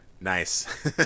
Nice